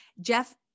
Jeff